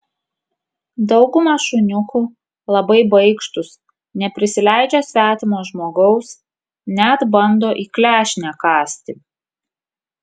dauguma šuniukų labai baikštūs neprisileidžia svetimo žmogaus net bando į klešnę kąsti